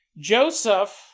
Joseph